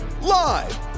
live